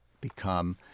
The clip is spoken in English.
become